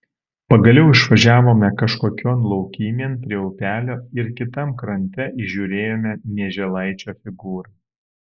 pagaliau išvažiavome kažkokion laukymėn prie upelio ir kitam krante įžiūrėjome mieželaičio figūrą